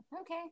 Okay